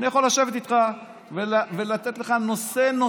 אני יכול לשבת איתך ולתת לך נושא-נושא.